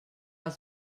els